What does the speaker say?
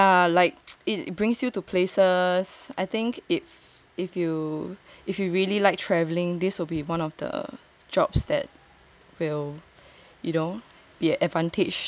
I've ya like it brings you to places I think if if you if you really like traveling this will be one of the jobs that will you know be an advantage to you